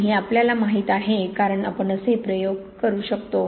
आणि हे आपल्याला माहीत आहे कारण आपण असे प्रयोग करू शकतो